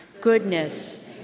goodness